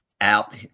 out